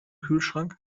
kühlschrank